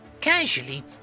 casually